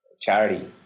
charity